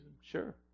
Sure